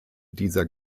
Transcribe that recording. dieser